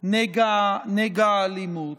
נגע האלימות.